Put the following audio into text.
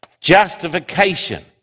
justification